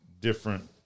different